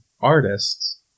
artists